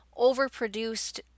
overproduced